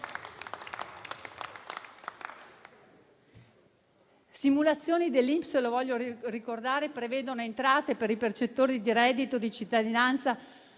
Simulazioni dell'INPS - lo voglio ricordare - prevedono entrate per i percettori di reddito di cittadinanza